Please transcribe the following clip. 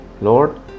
Lord